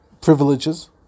privileges